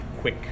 quick